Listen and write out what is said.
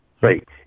Right